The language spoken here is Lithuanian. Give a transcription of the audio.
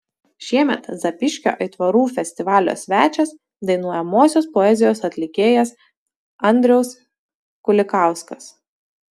šiemet zapyškio aitvarų festivalio svečias dainuojamosios poezijos atlikėjas andriaus kulikauskas